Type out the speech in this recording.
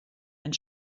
and